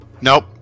Nope